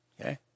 okay